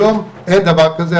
היום אין דבר כזה.